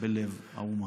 בלב האומה.